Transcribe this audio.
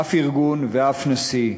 אף ארגון ואף נשיא,